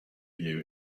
you